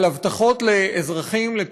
על הבטחות לאזרחים, לתושבים,